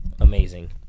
Amazing